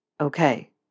Okay